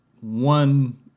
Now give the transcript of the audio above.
one